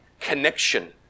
connection